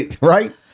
right